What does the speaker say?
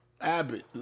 Abbott